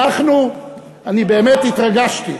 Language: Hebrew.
אני באמת התרגשתי.